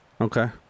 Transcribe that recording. Okay